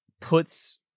puts